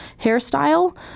hairstyle